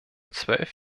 zwölf